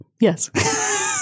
Yes